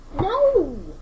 No